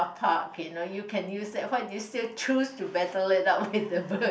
park you know you can use that why do you still choose to battle it out with the bird